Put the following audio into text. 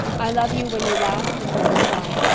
i love you when you laugh and when you sigh.